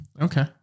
Okay